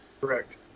Correct